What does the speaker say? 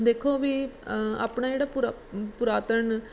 ਦੇਖੋ ਵੀ ਆਪਣਾ ਜਿਹੜਾ ਪੁਰਾ ਪੁਰਾਤਨ